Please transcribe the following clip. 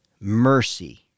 Mercy